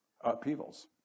upheavals